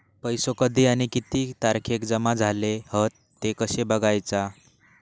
पैसो कधी आणि किती तारखेक जमा झाले हत ते कशे बगायचा?